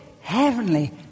heavenly